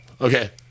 Okay